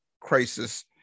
crisis